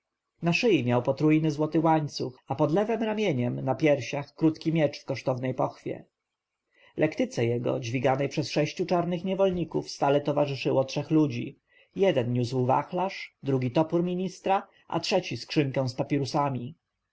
na szyi miał potrójny łańcuch złoty a pod lewem ramieniem na piersiach krótki miecz w kosztownej pochwie lektyce jego dźwiganej przez sześciu czarnych niewolników stale towarzyszyło trzech ludzi jeden niósł wachlarz drugi topór ministra a trzeci skrzynkę z papirusami